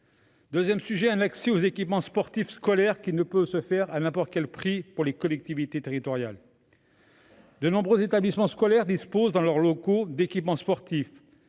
deuxième sujet porte sur l'accès aux équipements sportifs scolaires, qui ne peut se faire à n'importe quel prix pour les collectivités territoriales. De nombreux établissements scolaires disposent d'équipements sportifs